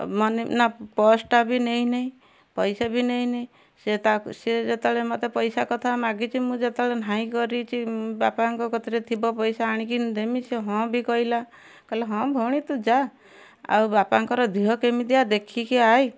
ଅ ମାନେ ନା ପର୍ସଟା ବି ନେଇନାହିଁ ପଇସା ବି ନେଇନାହିଁ ସେ ତାକୁ ସେ ଯେତେବେଳେ ମତେ ପଇସା କଥା ମାଗିଛି ମୁଁ ଯେତେବେଳେ ନାହିଁ କରିଛି ବାପାଙ୍କ କତିରେ ଥିବ ପଇସା ଆଣିକି ଦେମି ସେ ହଁ ବି କହିଲା କହିଲା ହଁ ଭଉଣୀ ତୁ ଯା ଆଉ ବାପାଙ୍କର ଧିଅ କେମିତିଆ ଦେଖିକି ଆଇ